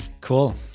cool